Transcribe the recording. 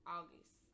August